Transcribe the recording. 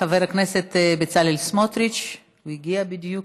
חבר הכנסת בצלאל סמוטריץ, הוא הגיע בדיוק.